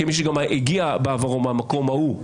כמי שגם הגיע בעברו מהמקום ההוא.